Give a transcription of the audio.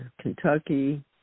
Kentucky